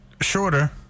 shorter